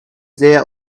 there